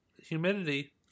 humidity